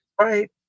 Right